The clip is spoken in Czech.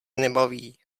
nebaví